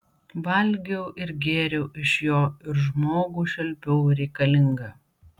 valgiau ir gėriau iš jo ir žmogų šelpiau reikalingą